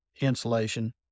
insulation